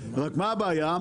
רק מה הבעיה?